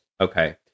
Okay